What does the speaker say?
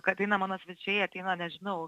kad eina mano svečiai ateina nežinau